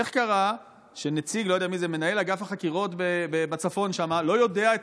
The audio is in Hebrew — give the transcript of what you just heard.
איך קרה שמנהל אגף החקירות בצפון לא יודע את